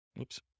Oops